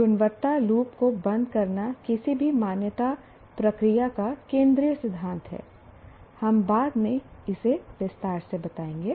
गुणवत्ता लूप को बंद करना किसी भी मान्यता प्रक्रिया का केंद्रीय सिद्धांत है हम बाद में इसे विस्तार से बताएंगे